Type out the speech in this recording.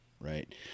Right